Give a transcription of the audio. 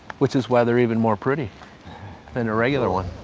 which is why they're even more pretty than a regular one.